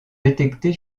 détectés